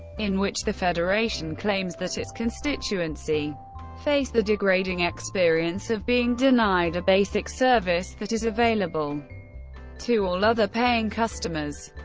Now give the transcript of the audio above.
in which the federation claims that its constituency face the degrading experience of being denied a basic service that is available to all other paying customers.